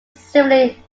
severely